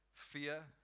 fear